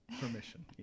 permission